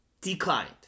declined